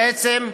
בעצם,